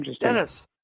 Dennis